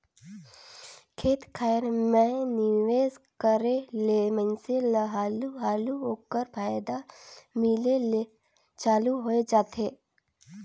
खेत खाएर में निवेस करे ले मइनसे ल हालु हालु ओकर फयदा मिले ले चालू होए जाथे